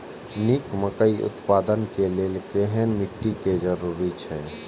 निक मकई उत्पादन के लेल केहेन मिट्टी के जरूरी छे?